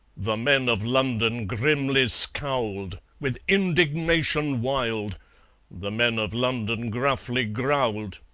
the men of london grimly scowled with indignation wild the men of london gruffly growled,